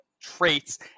traits